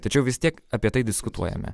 tačiau vis tiek apie tai diskutuojame